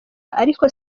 ariko